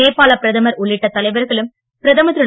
நேபாள பிரதமர் உள்ளிட்ட தலைவர்களும் பிரதமர் திரு